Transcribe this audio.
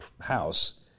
house